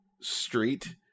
Street